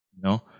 no